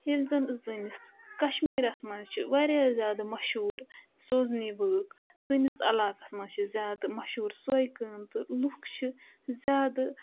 ییٚلہِ زَن سٲنِس کَشمیٖرَس منٛز چھِ واریاہ زیادٕ مشہوٗر سوزنی ؤٲرٕک سٲنِس عَلاقَس منٛز چھِ زیادٕ مشہوٗر سۄے کٲم تہٕ لوٗکھ چھِ زیادٕ